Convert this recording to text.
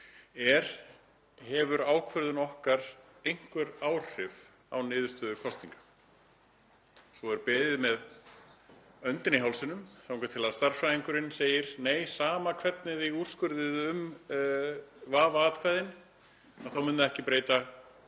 er: Hefur ákvörðun okkar einhver áhrif á niðurstöður kosninga? Svo er beðið með öndina í hálsinum þangað til stærðfræðingurinn segir: Nei, sama hvernig þið úrskurðið um vafaatkvæðin þá mun það ekki breyta